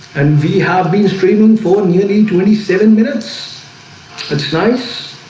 and we have been streaming for nearly twenty seven minutes that's nice